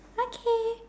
okay